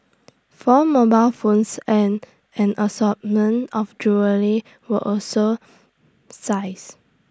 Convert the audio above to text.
four mobile phones and an assortment of jewellery were also seized